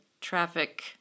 traffic